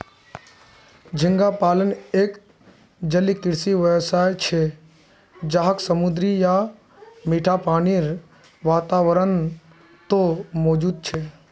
झींगा पालन एक जलीय कृषि व्यवसाय छे जहाक समुद्री या मीठा पानीर वातावरणत मौजूद छे